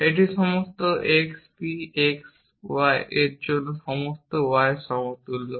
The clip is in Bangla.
এটি সমস্ত x p x y এর জন্য সমস্ত y এর সমতুল্য